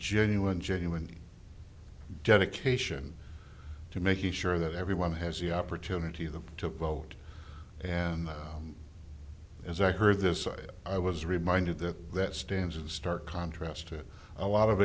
genuine genuine dedication to making sure that everyone has the opportunity them to vote and as i heard this idea i was reminded that that stands in stark contrast to a lot of